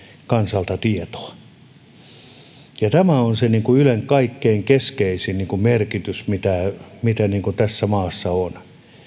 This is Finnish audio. kansalta tietoa tämä on ylen kaikkein keskeisin merkitys mikä tässä maassa on